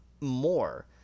more